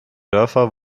dörfer